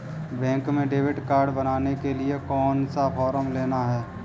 Bank में debit card बनवाने के लिए कौन सा फॉर्म लेना है?